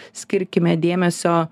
skirkime dėmesio